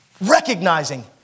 recognizing